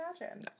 imagine